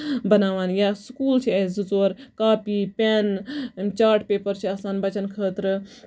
بَناوان یا سٔکوٗل چھِ اسہِ زٕ ژور کاپی پٮ۪ن چاٹ پیپَر چھِ آسان بَچن خٲطرٕ